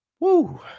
Woo